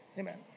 Amen